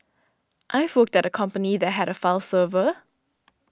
I've worked at a company that had a file server